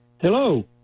Hello